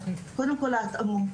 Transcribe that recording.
קודם כל ההתאמות,